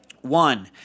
One